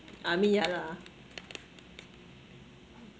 I mean ya lah